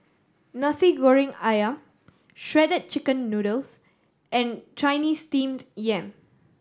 Nasi Goreng Ayam Shredded Chicken Noodles and Chinese Steamed Yam